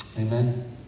amen